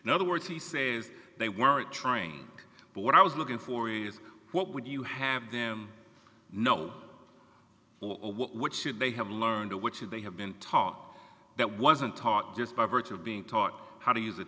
in other words he says they weren't trying but what i was looking for is what would you have them know well or what what should they have learned or what should they have been taught that wasn't taught just by virtue of being taught how to use